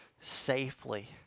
safely